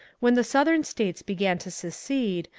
when the southern states began to secede,